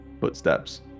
footsteps